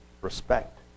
respect